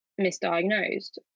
misdiagnosed